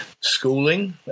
schooling